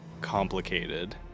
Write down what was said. complicated